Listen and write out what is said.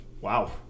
wow